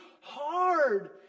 hard